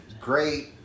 Great